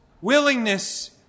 willingness